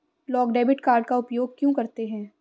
लोग debit card का उपयोग क्यों करते हैं?